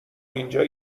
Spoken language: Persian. اینجا